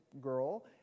girl